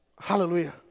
Hallelujah